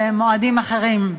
למועדים אחרים.